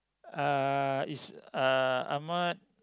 uh is uh ahmad